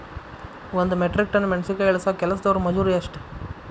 ಒಂದ್ metric ton ಮೆಣಸಿನಕಾಯಿ ಇಳಸಾಕ್ ಕೆಲಸ್ದವರ ಮಜೂರಿ ಎಷ್ಟ?